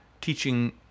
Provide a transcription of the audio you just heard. teaching